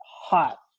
hot